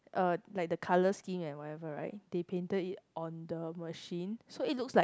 uh like the color scheme like whatever right they painted it on the machine so it looks like